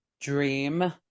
dream